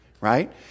right